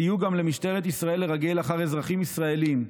סייעו גם למשטרת ישראל לרגל אחר אזרחים ישראלים.